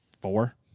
four